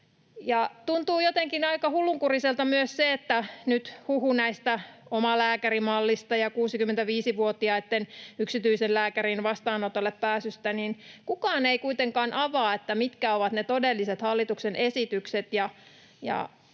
Tuntuu jotenkin aika hullunkuriselta nyt myös huhu omalääkärimallista ja 65-vuotiaitten yksityisen lääkärin vastaanotolle pääsystä, kun kukaan ei kuitenkaan avaa, mitkä ovat ne todelliset hallituksen esitykset.